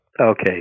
Okay